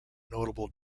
notable